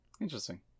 Interesting